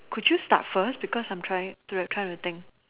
could you start first because I am trying to record the thing